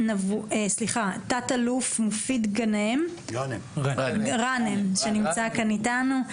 לתת לתת אלוף מופיד גנאים שנמצא כאן איתנו,